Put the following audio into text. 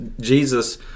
Jesus